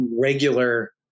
regular